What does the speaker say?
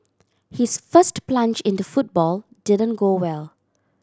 his first plunge into football didn't go well